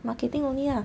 marketing only ah